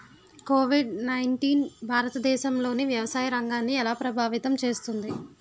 Covid nineteen భారతదేశంలోని వ్యవసాయ రంగాన్ని ఎలా ప్రభావితం చేస్తుంది?